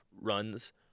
runs